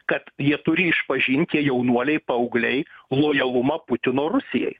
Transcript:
kad jie turi išpažint tie jaunuoliai paaugliai lojalumą putino rusijai